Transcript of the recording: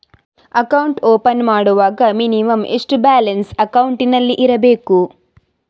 Account open ಮಾಡುವಾಗ minimum ಎಷ್ಟು balance ಅಕೌಂಟಿನಲ್ಲಿ ಇರಬೇಕು?